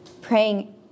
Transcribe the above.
Praying